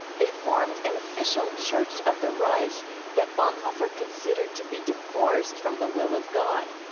they formed an official church of the reich that bonhoeffer considered to be divorced from the will of god.